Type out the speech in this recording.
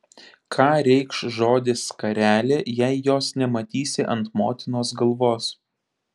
ką reikš žodis skarelė jei jos nematysi ant motinos galvos